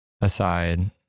Aside